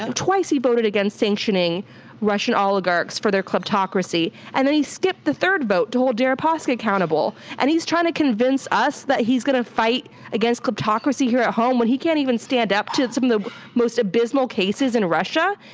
um twice he voted against sanctioning russian oligarchs for their kleptocracy, and then he skipped the third vote to hold deripaska accountable, and he's trying to convince us that he's gonna fight against kleptocracy here at home when he can't even stand up to some of the most abysmal cases in russia?